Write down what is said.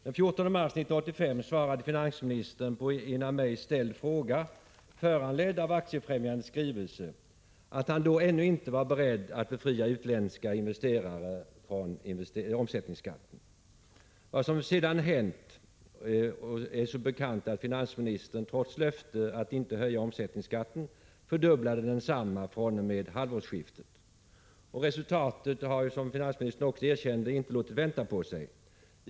Den 14 mars 1985 svarade finansministern på en av mig ställd fråga, föranledd av Aktiefrämjandets skrivelse, att han då ännu inte var beredd att befria utländska investerare från omsättningsskatten. Vad som sedan hänt är som bekant att finansministern trots löfte att inte höja omsättningsskatten fördubblade densamma fr.o.m. halvårsskiftet. Resultatet har, som finansministern också erkände, inte låtit vänta på sig.